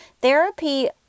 therapy